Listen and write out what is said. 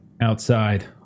outside